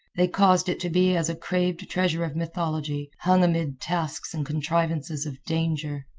they caused it to be as a craved treasure of mythology, hung amid tasks and contrivances of danger.